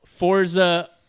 Forza